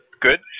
good